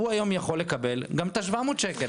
הוא היום יכול לקבל גם את ה-700 שקל,